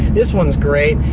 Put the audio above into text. this one's great.